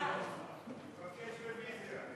סעיפים 76 85